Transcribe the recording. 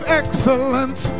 excellence